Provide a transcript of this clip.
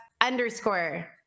underscore